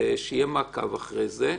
ושיהיה מעקב אחרי זה.